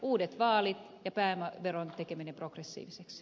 uudet vaalit ja pääomaveron tekeminen progressiiviseksi